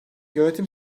yönetim